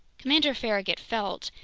commander farragut felt,